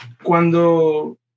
cuando